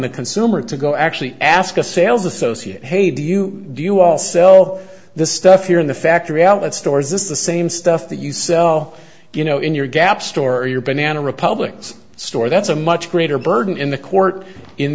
the consumer to go actually ask a sales associate hey do you do you all sell this stuff here in the factory outlet store is this the same stuff that you sell you know in your gap store or your banana republics store that's a much greater burden in the court in